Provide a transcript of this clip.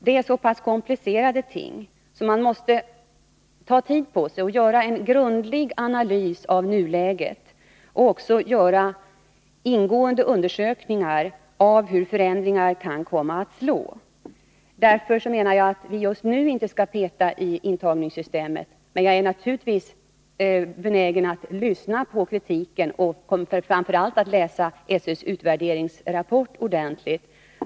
Det är så pass komplicerade ting att man måste ta tid på sig och göra en grundlig analys av nuläget och också göra ingående undersökningar av hur förändringar kan komma att slå. Därför menar jag att vi just nu inte skall peta i intagningssystemet, men jag är naturligtvis benägen att lyssna på kritiken, och jag kommer framför allt att läsa SÖ:s utvärderingsrapport ordentligt.